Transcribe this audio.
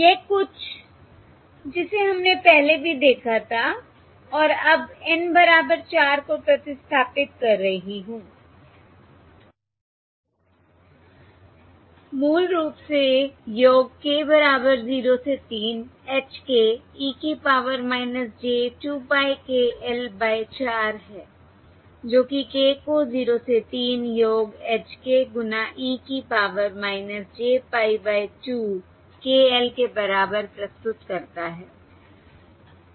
यह कुछ जिसे हमने पहले भी देखा था और अब N बराबर 4 को प्रतिस्थापित कर रही हूं यह मूल रूप से योग k बराबर 0 से 3 h k e की power j 2 pie k L by 4 है जो कि k को 0 से 3 योग h k गुना e की power j pie by 2 k l के बराबर प्रस्तुत करता है